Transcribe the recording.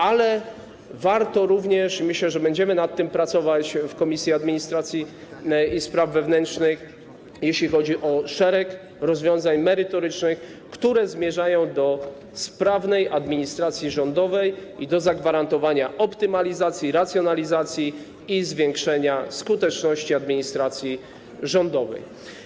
Ale warto również - i myślę, że będziemy nad tym pracować w Komisji Administracji i Spraw Wewnętrznych - pracować nad szeregiem rozwiązań merytorycznych, które zmierzają do sprawnej administracji rządowej i do zagwarantowania optymalizacji i racjonalizacji i zwiększenia skuteczności administracji rządowej.